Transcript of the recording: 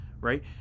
right